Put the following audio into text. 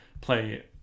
play